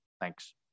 Thanks